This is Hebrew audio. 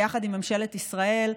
ביחד עם ממשלת ישראל,